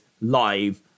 live